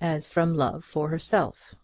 as from love for herself,